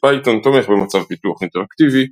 CPython תומך במצב פיתוח אינטראקטיבי,